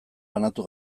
banatu